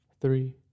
three